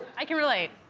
i can relate.